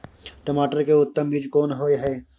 टमाटर के उत्तम बीज कोन होय है?